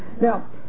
Now